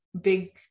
big